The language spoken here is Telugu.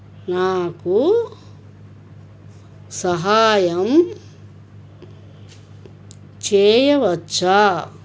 నాకు సహాయం చేయవచ్చా